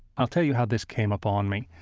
i'll tell you how this came up on me.